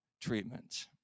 treatment